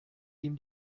ihm